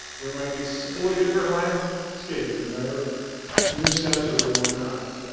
there might be silly different land scaping our new sensors or whatnot